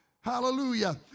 Hallelujah